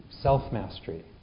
self-mastery